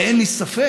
ואין לי ספק